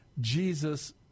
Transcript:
Jesus